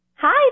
Hi